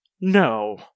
No